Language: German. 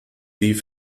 die